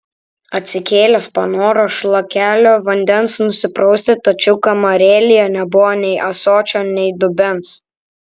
atsikėlęs panoro šlakelio vandens nusiprausti tačiau kamarėlėje nebuvo nei ąsočio nei dubens